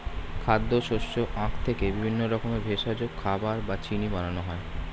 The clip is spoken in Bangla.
খাদ্য, শস্য, আখ থেকে বিভিন্ন রকমের ভেষজ, খাবার বা চিনি বানানো হয়